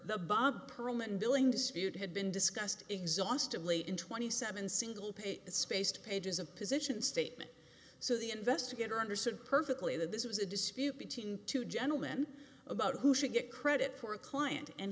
been discussed exhaustively in twenty seven single page spaced pages of position statement so the investigator understood perfectly that this was a dispute between two gentleman about who should get credit for a client and